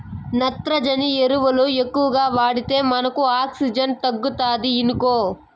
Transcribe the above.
నత్రజని ఎరువులు ఎక్కువగా వాడితే మనకు ఆక్సిజన్ తగ్గుతాది ఇనుకో